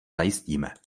zajistíme